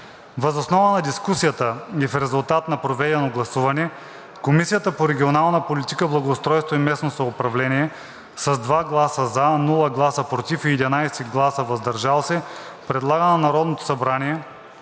Въз основа на дискусията и в резултат на проведеното гласуване Комисията по регионална политика, благоустройство и местно самоуправление с 2 гласа „за“, без „против“ и 11 гласа „въздържал се“ предлага на Народното събрание